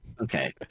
Okay